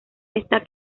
esta